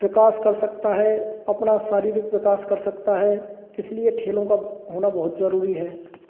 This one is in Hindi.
विकास कर सकता है अपना शारीरिक विकास कर सकता है इसलिए खेलों का होना बहुत ज़रूरी है